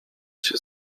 się